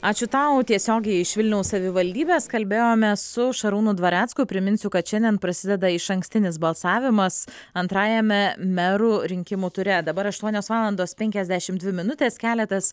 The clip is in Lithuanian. ačiū tau tiesiogiai iš vilniaus savivaldybės kalbėjome su šarūnu dvarecku priminsiu kad šiandien prasideda išankstinis balsavimas antrajame merų rinkimų ture dabar aštuonios valandos penkiasdešimt dvi minutės keletas